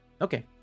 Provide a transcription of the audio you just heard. okay